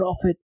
profit